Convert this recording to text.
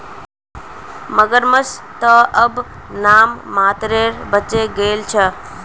मगरमच्छ त अब नाम मात्रेर बचे गेल छ